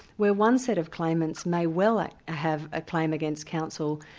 where one set of claimants may well have a claim against council,